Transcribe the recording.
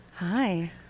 Hi